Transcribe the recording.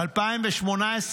ב-2018,